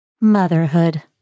Motherhood